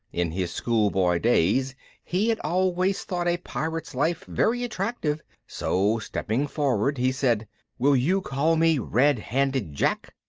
in his schoolboy days he had always thought a pirate's life very attractive, so stepping forward, he said will you call me red-handed jack?